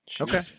Okay